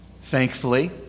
Thankfully